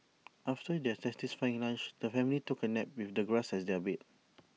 after their satisfying lunch the family took A nap with the grass as their bed